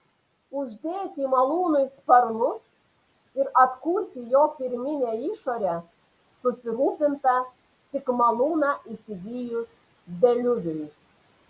uždėti malūnui sparnus ir atkurti jo pirminę išorę susirūpinta tik malūną įsigijus deliuviui